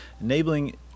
enabling